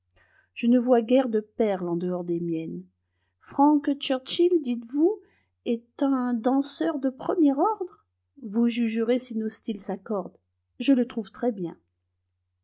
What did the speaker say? je ne vois guère de perles en dehors des miennes frank churchill dites-vous est un danseur de premier ordre vous jugerez si nos styles s'accordent je le trouve très bien